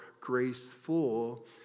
graceful